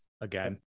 again